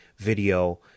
video